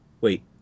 wait